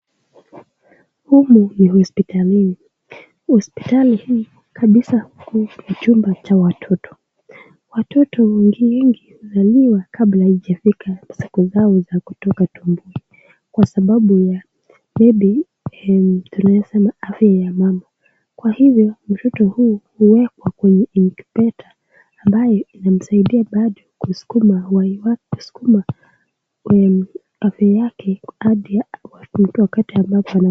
Humu ni hospitalini. Hospitali humu kabisa ni chumba cha watoto. Watoto wengine wengi huzaliwa kabla haijafika siku zao za kutoka tumboni kwa sababu ya maybe, tunaweza sema afya ya mama. Kwa hivyo, mtoto huyu huwekwa kwenye incubator ambaye inamsaidia bado kusukuma uhai wake, kusukuma afya yake hadi watu hadi atoke.